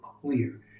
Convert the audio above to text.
clear